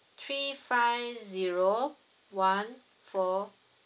three five zero one four